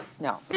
No